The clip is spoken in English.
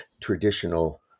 traditional